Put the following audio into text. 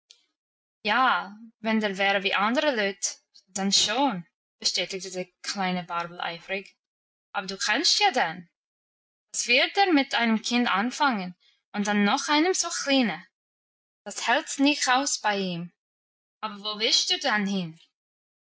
ja wenn der wäre wie andere leute dann schon bestätigte die kleine barbel eifrig aber du kennst ja den was wird der mit einem kinde anfangen und dann noch einem so kleinen das hält's nicht aus bei ihm aber wo willst du denn hin